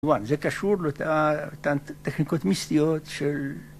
זה קשור לטכניקות מיסטיות של...